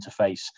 interface